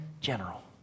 general